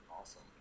Awesome